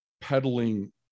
peddling